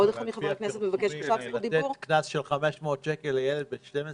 עוד אחד מחברי הכנסת מבקש עכשיו זכות דיבור?